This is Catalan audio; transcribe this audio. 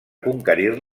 conquerir